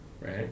right